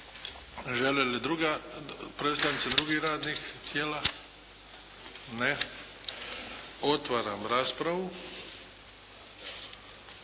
Želi li druga predstavnica, drugih radnih tijela? Ne. Otvaram raspravu.